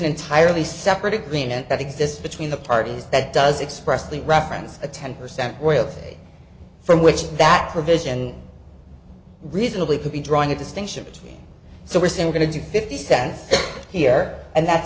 entirely separate agreement that exists between the parties that does express the reference a ten percent wealth from which that provision reasonably could be drawing a distinction between so we're still going to do fifty cents here and that's